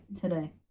today